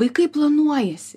vaikai planuojasi